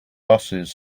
busses